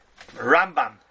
Rambam